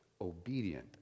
obedient